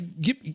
Give